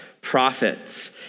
prophets